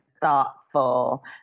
thoughtful